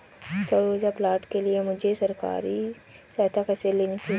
सौर ऊर्जा प्लांट के लिए मुझे सरकारी सहायता कैसे लेनी होगी?